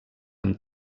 amb